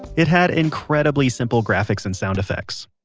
it had incredibly simple graphics and sound effects.